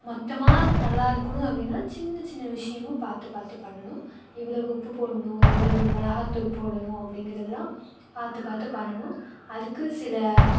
மொத்தமாக நல்லாயிருக்கணும் அப்படின்னா சின்ன சின்ன விஷயமும் பார்த்து பார்த்து பண்ணனும் எவ்வளவு உப்பு போடணும் எவ்வளவு மிளகாத்தூள் போடணும் அப்படிங்கிறதுலாம் பார்த்து பார்த்து பண்ணனும் அதுக்கு சில